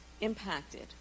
impacted